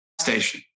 station